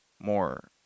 more